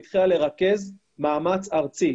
התחילה לרכז מאמץ ארצי.